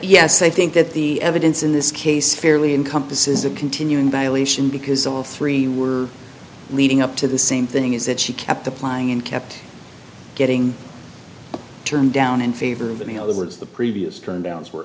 yes i think that the evidence in this case fairly encompasses a continuing violation because all three were leading up to the same thing is that she kept applying and kept getting turned down in favor of any other words the previous turndowns were